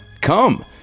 come